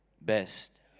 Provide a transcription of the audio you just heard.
best